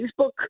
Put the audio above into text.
Facebook